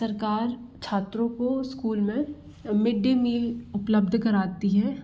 सरकार छात्रों को स्कूल में मिडे मील उपलब्ध कराती है